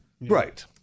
Right